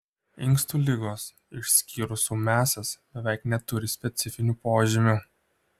inkstų ligos išskyrus ūmiąsias beveik neturi specifinių požymių